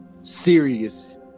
serious